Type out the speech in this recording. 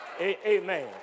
Amen